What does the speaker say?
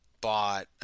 bought